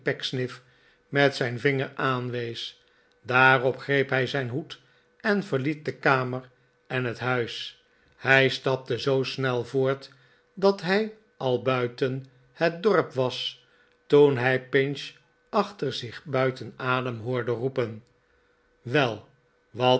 met zijn vinger aanwees daarop greep hij zijn hoed en verliet de kamer en het nuis hij stapte zoo snel voort dat hij al buiten het dorp was toen hij pinch achter zich buiten adem hoorde roepen wel